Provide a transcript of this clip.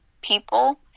people